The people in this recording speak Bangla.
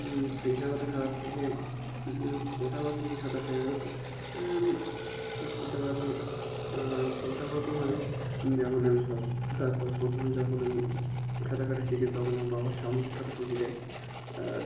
পেশাগত সাঁতার থেকে প্রথাগত যে সাঁতার শেখা গত প্রথাগত প্রথাগত মানে যেমন আমি সব তারপরে প্রথমে যখন আমি সাঁতার কাটা শিখি তখন আমার বাবার সাঁতার শিখিয়ে দেয়